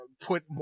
put